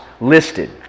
listed